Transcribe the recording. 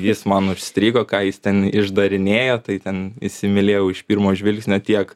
jis man užstrigo ką jis ten išdarinėjo tai ten įsimylėjau iš pirmo žvilgsnio tiek